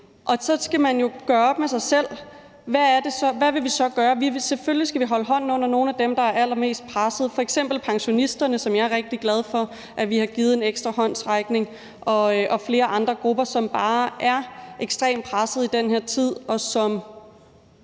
Og så skal man jo gøre op med sig selv, hvad det så er, man vil gøre. Selvfølgelig skal vi holde hånden under nogle af dem, der er allermest presset, f.eks. pensionisterne, som jeg er rigtig glad for at vi har givet en ekstra håndsrækning, og flere andre grupper, som bare er ekstremt presset i den her tid, og som